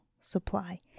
supply